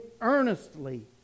earnestly